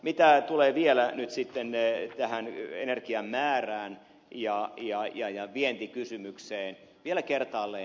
mitä tulee vielä nyt sitten tähän energian määrään ja vientikysymykseen vielä kertaalleen